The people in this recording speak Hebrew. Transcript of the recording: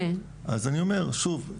אז אני אומר שוב,